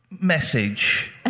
message